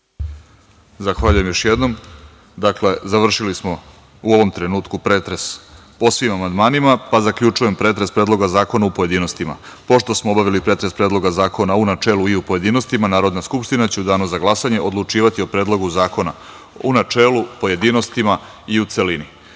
Zahvaljujem. Pošto smo završili pretres po svim amandmanima, zaključujem pretres Predloga zakona u pojedinostima. Pošto smo obavili pretres predloga zakona u načelu i u pojedinostima, Narodna skupština će u danu za glasanje odlučivati o Predlogu zakona u načelu, pojedinostima i u